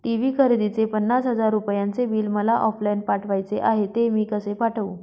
TV खरेदीचे पन्नास हजार रुपयांचे बिल मला ऑफलाईन पाठवायचे आहे, ते मी कसे पाठवू?